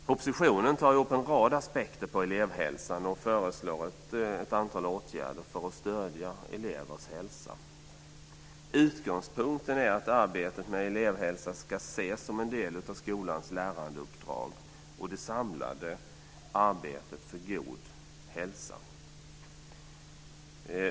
Propositionen tar upp en rad aspeker på elevhälsan och föreslår ett antal åtgärder för att stödja elevers hälsa. Utgångspunkten är att arbetet med elevhälsa ska ses som en del av skolans lärandeuppdrag och det samlade arbetet för god hälsa.